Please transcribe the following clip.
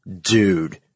dude